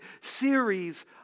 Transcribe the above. series